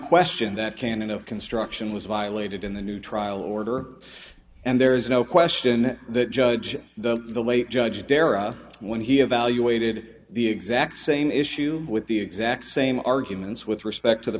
question that canon of construction was violated in the new trial order and there is no question that judge the late judge darragh when he had valuated the exact same issue with the exact same arguments with respect to the